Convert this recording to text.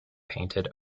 painted